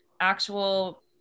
actual